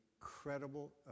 incredible